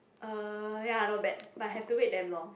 uh ya not bad but have to wait damn long